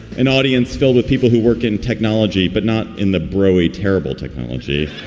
an audience filled with people who work in technology but not in the broe, a terrible technology